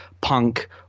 Punk